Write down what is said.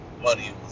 Money